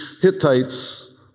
Hittites